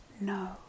No